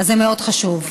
זה מאוד חשוב.